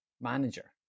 manager